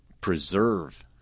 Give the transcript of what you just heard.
preserve